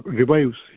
revives